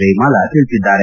ಜಯಮಾಲಾ ತಿಳಿಸಿದ್ದಾರೆ